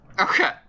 Okay